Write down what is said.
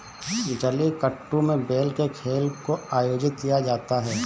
जलीकट्टू में बैल के खेल को आयोजित किया जाता है